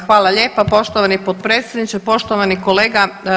Hvala lijepo poštovani potpredsjedniče, poštovani kolega.